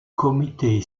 comité